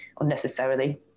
unnecessarily